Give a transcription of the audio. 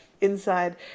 inside